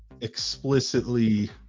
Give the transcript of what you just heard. explicitly